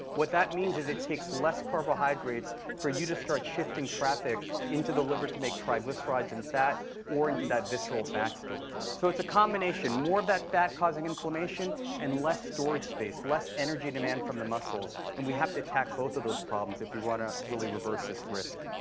what that means is it takes less carbohydrates for you to start shifting traffic into the liver to make triglycerides and fat or into that visceral fat store. so it's a combination more of that fat causing inflammation and less storage space, less energy demand from the muscles. and we have to attack both of those problems if we want to really reverse this risk.